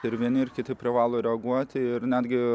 ir vieni ir kiti privalo reaguoti ir netgi